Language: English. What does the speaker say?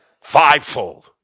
fivefold